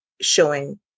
showing